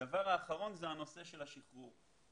הדבר האחרון הוא הנושא של השחרור.